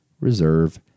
reserve